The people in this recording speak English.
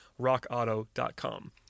Rockauto.com